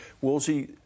Wolsey